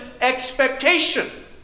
expectation